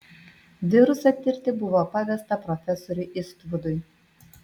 virusą tirti buvo pavesta profesoriui istvudui